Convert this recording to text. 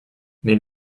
mais